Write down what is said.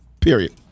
period